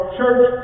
church